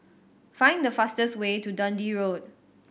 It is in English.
find the fastest way to Dundee Road